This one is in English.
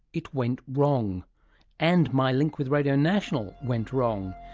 it went wrong and my link with radio national went wrong.